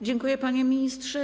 Dziękuję, panie ministrze.